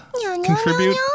contribute